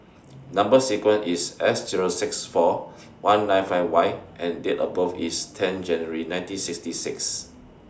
Number sequence IS S Zero seven six four one nine five Y and Date of birth IS ten January nineteen sixty six